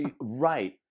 Right